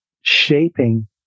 shaping